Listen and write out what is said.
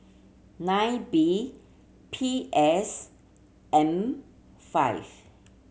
nine B P S M five